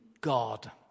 God